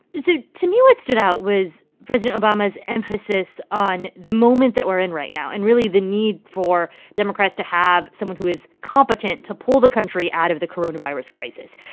so to me, what stood out was president obama's emphasis on the moment that we're in right now and really the need for democrats to have someone who is competent to pull the country out of the coronavirus crisis.